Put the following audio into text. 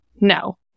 No